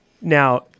Now